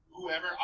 whoever